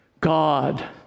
God